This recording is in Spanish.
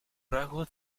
rasgos